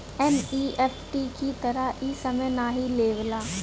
NEFT की तरह इ समय नाहीं लेवला